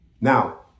Now